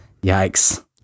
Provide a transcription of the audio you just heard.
Yikes